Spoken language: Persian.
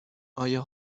آیا